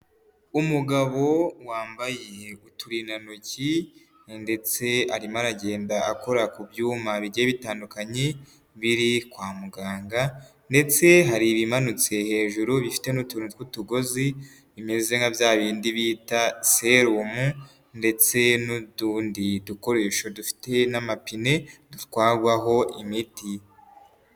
Umugabo wambaye uturindantoki ndetse arimo aragenda akora ku byuma bigiye bitandukanye, biri kwa muganga ndetse hari ibimanutse hejuru bifite n'utuntu tw'utugozi, bimeze nka bya bindi bita serumu ndetse n'utundi dukoresho dufite n'amapine dutwarwaho imiti.